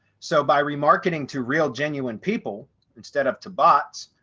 so by remarketing to real genuine people instead of to bots,